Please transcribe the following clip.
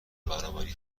برابری